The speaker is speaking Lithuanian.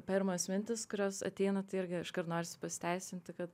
pirmos mintys kurios ateina tai irgi iškart norisi pasiteisinti kad